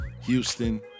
Houston